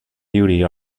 beauty